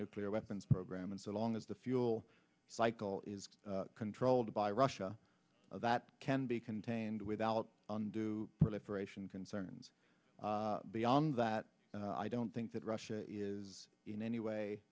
nuclear weapons program and so long as the fuel cycle is controlled by russia that can be contained without due for liberation concerns beyond that i don't think that russia is in any way